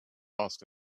asked